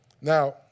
Now